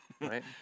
right